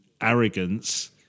arrogance